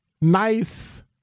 nice